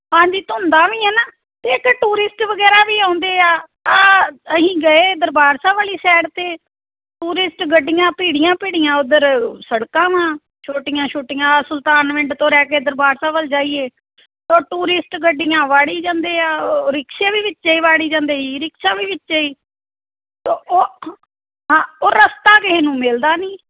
ਹਾਂਜੀ ਧੁੰਦਾਂ ਵੀ ਹੈ ਨਾ ਅਤੇ ਇੱਕ ਟੂਰਿਸਟ ਵਗੈਰਾ ਵੀ ਆਉਂਦੇ ਆ ਅਸੀਂ ਗਏ ਦਰਬਾਰ ਸਾਹਿਬ ਵਾਲੀ ਸਾਈਡ 'ਤੇ ਟੂਰਿਸਟ ਗੱਡੀਆਂ ਭੀੜੀਆਂ ਭੀੜੀਆਂ ਉੱਧਰ ਸੜਕਾਂ ਵਾ ਛੋਟੀਆਂ ਛੋਟੀਆਂ ਸੁਲਤਾਨ ਵਿੰਡ ਤੋਂ ਲੈ ਕੇ ਦਰਬਾਰ ਸਾਹਿਬ ਵੱਲ ਜਾਈਏ ਓਹ ਟੂਰਿਸਟ ਗੱਡੀਆਂ ਵਾੜੀ ਜਾਂਦੇ ਆ ਓਹ ਰਿਕਸ਼ੇ ਵੀ ਵਿੱਚੇ ਵਾੜੀ ਜਾਂਦੇ ਈ ਰਿਕਸ਼ਾ ਵੀ ਵਿੱਚੇ ਹੀ ਤੋਂ ਓਹ ਹਾਂ ਉਹ ਰਸਤਾ ਕਿਸੇ ਨੂੰ ਮਿਲਦਾ ਨਹੀਂ